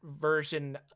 version